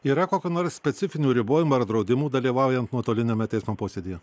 yra kokių nors specifinių ribojimų ar draudimų dalyvaujant nuotoliniame teismo posėdyje